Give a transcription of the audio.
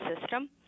system